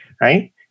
Right